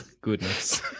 Goodness